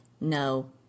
No